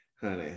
Honey